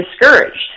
discouraged